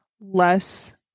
less